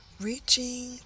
reaching